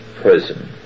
prison